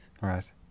Right